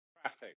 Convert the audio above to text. traffic